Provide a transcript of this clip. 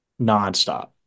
nonstop